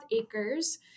acres